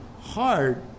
hard